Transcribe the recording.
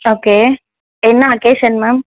okay என்ன occasion ma'am